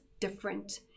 different